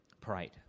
pride